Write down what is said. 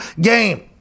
game